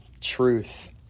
truth